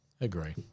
Agree